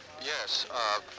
yes